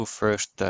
first